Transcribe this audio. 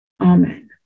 Amen